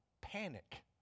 panic